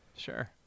sure